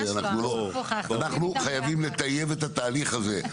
אנחנו חייבים לטייב את התהליך הזה.